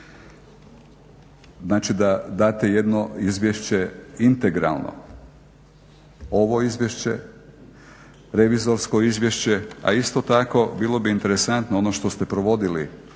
znači da date jedno izvješće integralno, ovo izvješće, revizorsko izvješće a isto tako bilo bi interesantno ono što ste provodili